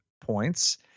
points